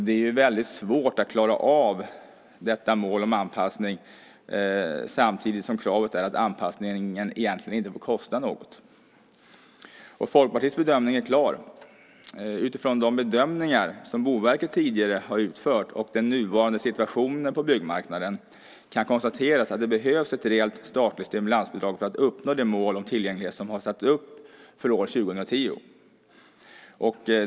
Det är väldigt svårt att nå detta mål om anpassning samtidigt som kravet är att anpassningen egentligen inte får kosta något. Folkpartiets bedömning är klar. Utifrån de bedömningar som Boverket tidigare har utfört och den nuvarande situationen på byggmarknaden kan det konstateras att det behövs ett rejält statligt stimulansbidrag för att uppnå det mål om tillgänglighet som har satts upp för år 2010.